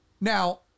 Now